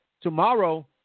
tomorrow